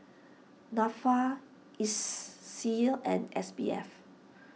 Nafa Iseas and S B F